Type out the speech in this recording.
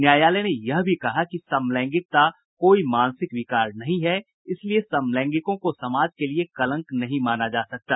न्यायालय ने यह भी कहा कि समलैंगिकता कोई मानसिक विकार नहीं है इसलिए समलैंगिकों को समाज के लिये कलंक नहीं माना जाना चाहिए